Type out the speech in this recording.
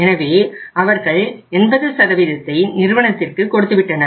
எனவே அவர்கள் 80ஐ நிறுவனத்திற்கு கொடுத்து விட்டனர்